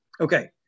Okay